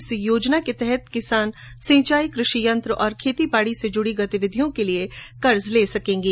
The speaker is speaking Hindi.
इस योजना के तहत किसान सिंचाई कृषि यंत्र और खेतीबाडी से जुडी गतिविधियों के लिए कर्ज ले सकेंगे